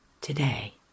today